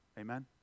Amen